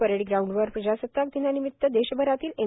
parade ग्राऊंडवर प्रजासताक दिनानिमित देशभरातील एन